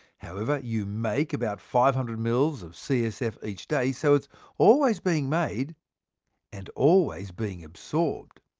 however, you make about five hundred millilitres of csf each day, so it's always being made and always being absorbed.